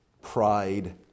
pride